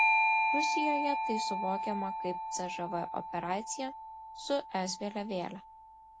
rusijoje tai suvokiama kaip cžv operacija su es vėliavėle